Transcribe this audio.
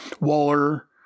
Waller